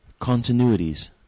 Continuities